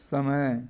समय